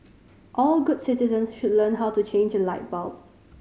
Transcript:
all good citizens should learn how to change a light bulb